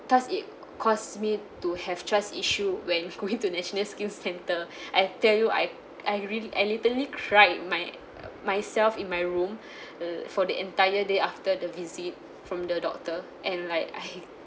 thus it caused me to have trust issue when going to national skin centre I tell you I I really literally cried my myself in my room uh for the entire day after the visit from the doctor and like I